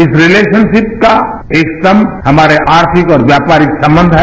इस रिलेशनशिप का एक स्तंभ हमारे आर्थिक और व्यापारिक स्तंभ है